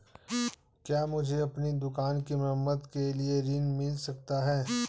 क्या मुझे अपनी दुकान की मरम्मत के लिए ऋण मिल सकता है?